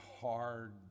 hard